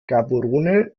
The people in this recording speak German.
gaborone